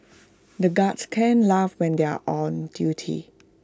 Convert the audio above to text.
the guards can't laugh when they are on duty